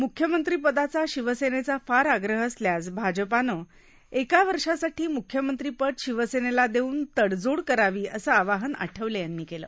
म्ख्यमंत्रीपदाचा शिवसेनेचा फार आग्रह असल्यास भाजपनं एक वर्षासाठी म्ख्यमंत्री पद शिवसेनेला देऊन तडजोड करावी असं आवाहन आठवले यांनी केलं